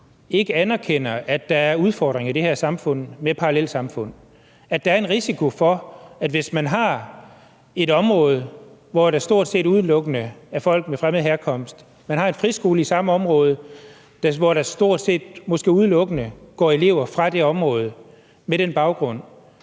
ikke anerkender, at der er udfordringer i det her samfund med parallelsamfund. Hvis man har et område, hvor der stort set udelukkende bor folk af fremmed herkomst, og der er en friskole i samme område, hvor der måske udelukkende går elever fra det område med den baggrund,